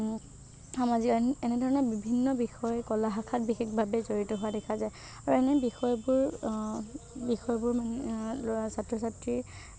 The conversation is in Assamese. সামাজিক এন এনেধৰণৰ বিভিন্ন বিষয় কলা শাখাত বিশেষভাৱে জড়িত হোৱা দেখা যায় আৰু এনে বিষয়বোৰ বিষয়বোৰ ল'ৰা ছাত্ৰ ছাত্ৰীৰ